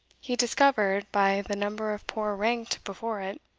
he discovered, by the number of poor ranked before it,